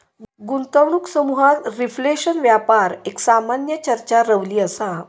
गुंतवणूक समुहात रिफ्लेशन व्यापार एक सामान्य चर्चा रवली असा